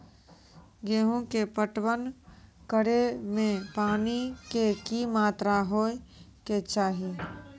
गेहूँ के पटवन करै मे पानी के कि मात्रा होय केचाही?